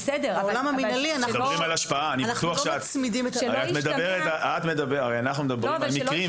בעולם המנהלי אנחנו לא מצמידים --- הרי אנחנו מדברים על מקרים,